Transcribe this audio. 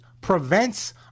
prevents